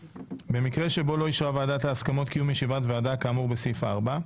5.במקרה שבו לא אישרה ועדת ההסכמות קיום ישיבת ועדה כאמור בסעיף 4,